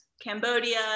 Cambodia